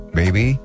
baby